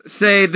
say